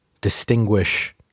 distinguish